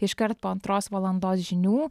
iškart po antros valandos žinių